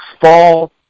fall